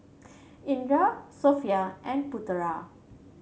Indra Sofea and Putera